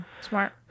smart